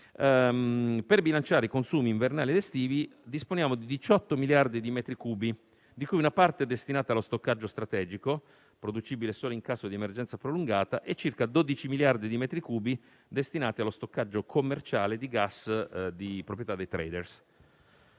cui il bisogno è inferiore - disponiamo di 18 miliardi di metri cubi, una parte dei quali è destinata allo stoccaggio strategico, producibile solo in caso di emergenza prolungata, e circa 12 miliardi di metri cubi sono destinati allo stoccaggio commerciale di gas di proprietà dei *trader*.